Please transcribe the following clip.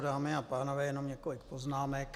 Dámy a pánové, mám několik poznámek.